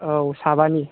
औ साबानि